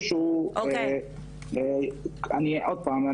עוד פעם,